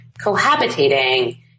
cohabitating